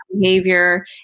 behavior